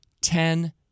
ten